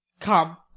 come,